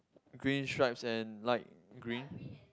green stripes and light green